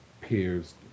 peers